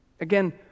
Again